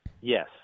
Yes